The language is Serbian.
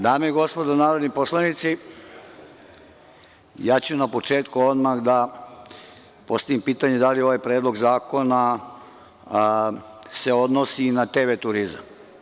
Dame i gospodo narodni poslanici, ja ću na početku odmah da postavim pitanje da li ovaj Predlog zakona se odnosi i na TV turizam?